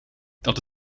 dat